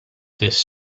this